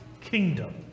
kingdom